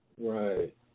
right